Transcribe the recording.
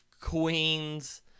queens